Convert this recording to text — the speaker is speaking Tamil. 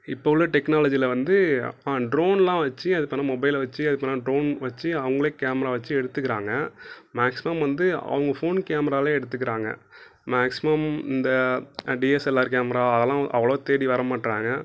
இப்போ உள்ள டெக்னாலஜியில் வந்து ட்ரோன்லாம் வச்சு அதுக்கான மொபைலை வச்சு ட்ரோன் வச்சு அவங்களே கேமரா வச்சு எடுத்துக்கிறாங்க மேக்சிமம் வந்து அவங்க ஃபோன் கேமராவிலையே எடுத்துக்கிறாங்க மேக்சிமம் இந்த டிஎஸ்எல்ஆர் கேமரா அதெல்லாம் அவ்வளோவா தேடி வரமாட்டுறாங்கள்